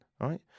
right